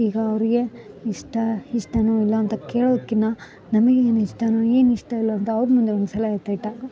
ಈಗ ಅವರ್ಗೆ ಇಷ್ಟ ಇಷ್ಟನೊ ಇಲ್ಲ ಅಂತ ಕೇಳೋದ್ಕಿನ ನಮ್ಗ ಏನು ಇಷ್ಟನೊ ಏನು ಇಷ್ಟ ಇಲ್ಲ ಅಂತ ಅವ್ರ ಮುಂದೆ ಒಂದು ಸಲ ಎತ್ತಿಟ್ಟಾಗ